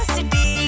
City